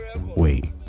wait